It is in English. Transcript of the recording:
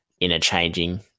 interchanging